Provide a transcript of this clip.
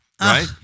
right